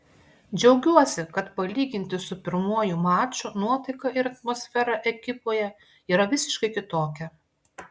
džiaugiuosi kad palyginti su pirmuoju maču nuotaika ir atmosfera ekipoje yra visiškai kitokia